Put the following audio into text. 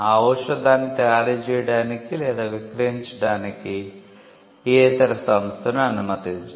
ఔషధాన్ని తయారు చేయడానికి లేదా విక్రయించడానికి ఏ ఇతర సంస్థను అనుమతించదు